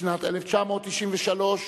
בשנת 1993,